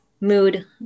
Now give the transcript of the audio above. mood